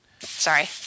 Sorry